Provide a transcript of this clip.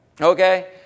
okay